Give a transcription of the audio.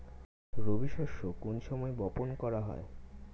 রবি শস্য কোন সময় বপন করা হয়?